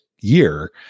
year